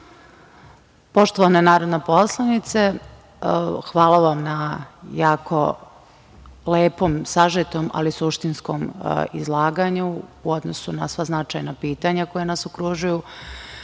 Poštovana narodna poslanice, hvala vam na jako lepom, sažetom, ali suštinskom izlaganju u odnosu na sva značajna pitanja koja nas